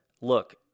look